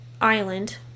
island